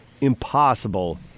impossible